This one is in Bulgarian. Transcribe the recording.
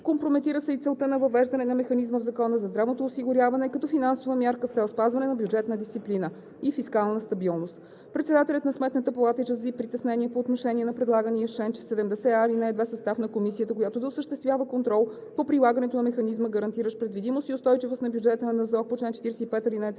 Компрометира се и целта на въвеждане на механизма в Закона за здравното осигуряване като финансова мярка с цел спазване на бюджетната дисциплина и фискалната стабилност. Председателят на Сметната палата изрази притеснение по отношение на предлагания с чл. 70а, ал. 2 състав на комисията, която да осъществява контрол по прилагането на механизма, гарантиращ предвидимост и устойчивост на бюджета на Националната